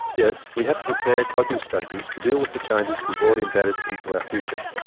yes, we have to prepare coping strategies to deal with the changes we've already embedded into our future,